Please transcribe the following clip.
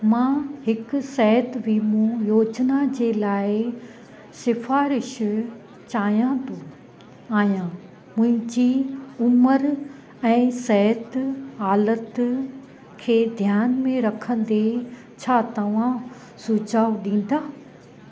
मां हिकु सिहत वीमो योजना जे लाइ सिफ़ारिश चाहियां थो आहियां मुंहिंजी उमिरि ऐं सिहत हालति खे ध्यान में रखंदे छा तव्हां सुझाव ॾीन्दा